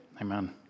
Amen